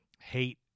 hate